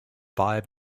five